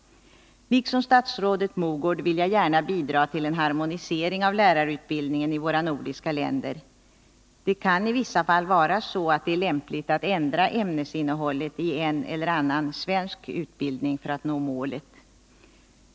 Liksom statsrådet Mogård vill jag gärna bidra till en harmonisering av lärarutbildningen i våra nordiska länder — i vissa fall kan det vara lämpligt att ändra ämnesinnehållet i en eller annan svensk utbildning för att nå målet.